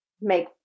make